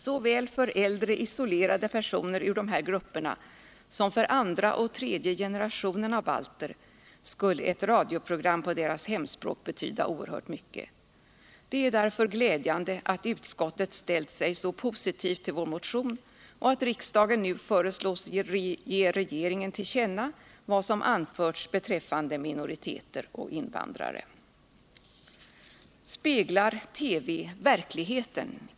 Såväl för äldre, isolerade personer ur dessa grupper som för andra och tredje generationer av balter skulle ett radioprogram på deras hemspråk betyda oerhört mycket. Det är därför glädjande att utskottet ställt sig så positivt till vår motion och att riksdagen nu föreslås ge regeringen till känna vad som anförts beträffande minoriteter och invandrare. Speglar TV verkligheten?